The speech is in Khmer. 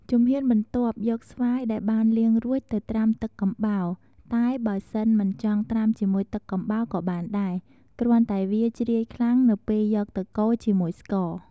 ជំហានបន្ទាប់ យកស្វាយដែលបានលាងរួចទៅត្រាំទឹកកំបោរ តែបើសិនមិនចង់ត្រាំជាមួយទឹកកំបោរក៏បានដែរ គ្រាន់តែវាជ្រាយខ្លាំងនៅពេលយកទៅកូរជាមួយស្ករ។